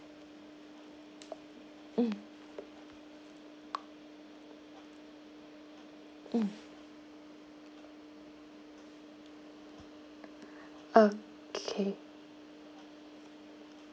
mm mm uh K